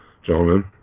gentlemen